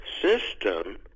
system